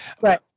Right